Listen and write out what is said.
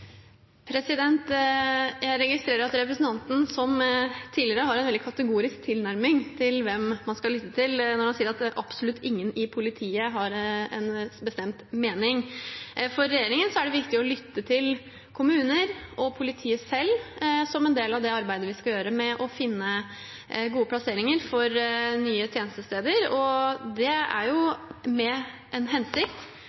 Jeg registrerer at representanten, som tidligere, har en veldig kategorisk tilnærming til hvem man skal lytte til, når han sier at absolutt ingen i politiet har en bestemt mening. For regjeringen er det viktig å lytte til kommuner og politiet selv, som en del av det arbeidet vi skal gjøre med å finne gode plasseringer for nye tjenestesteder. Det er